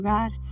God